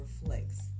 reflects